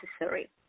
necessary